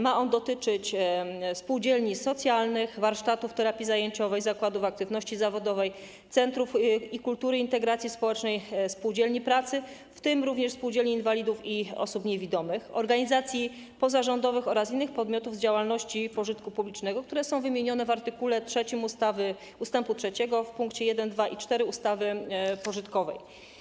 Ma on dotyczyć szczególnie spółdzielni socjalnych, warsztatów terapii zajęciowej, zakładów aktywności zawodowej, centrów kultury, integracji społecznej, spółdzielni pracy, w tym również spółdzielni inwalidów i osób niewidomych, organizacji pozarządowych oraz innych podmiotów pożytku publicznego, które są wymienione w art. 3 ust. 3 pkt 1, 2 i 4 ustawy pożytkowej.